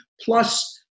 plus